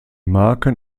marken